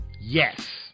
yes